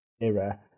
era